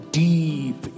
deep